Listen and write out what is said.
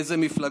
באילו מפלגות: